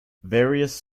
various